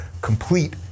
complete